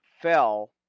fell